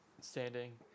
standing